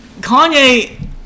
Kanye